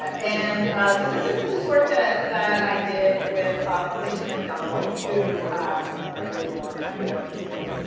and so this is this is work that that i did with alicia mcdonald, who um graduated a long time ago at this point.